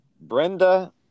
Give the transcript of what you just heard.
Brenda